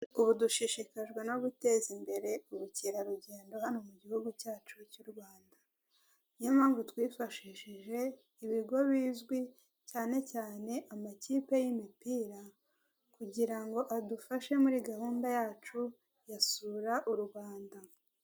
Ubu dushishikajwe no guteza imbere ubukerarugendo hano mu gihugu cyacu cy'urwanda niyo mpamvu twifashishije ibigo bizwi cyane cyane amakipe y'imipira kugira ngo adufashe muri gahunda yacu ya sura u rwanda.